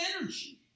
energy